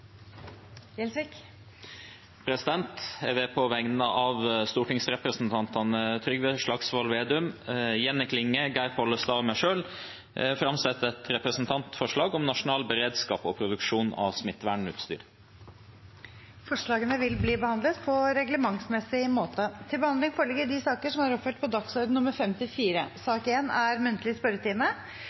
Jeg vil på vegne av stortingsrepresentantene Trygve Slagsvold Vedum, Jenny Klinge, Geir Pollestad og meg selv framsette et representantforslag om nasjonal beredskap og produksjon av smittevernutstyr. Forslagene vil bli behandlet på reglementsmessig måte. Stortinget mottok mandag meddelelse fra Statsministerens kontor om at statsråd Kjell Ingolf Ropstad, utenriksminister Ine Eriksen Søreide og statsråd Odd Emil Ingebrigtsen vil møte til muntlig spørretime.